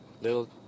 Little